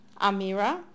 Amira